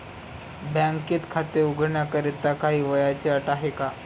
बँकेत खाते उघडण्याकरिता काही वयाची अट आहे का?